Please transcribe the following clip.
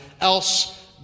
else